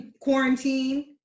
Quarantine